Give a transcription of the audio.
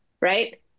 right